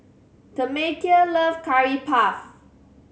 Tamekia love Curry Puff